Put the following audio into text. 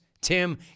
Tim